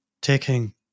taking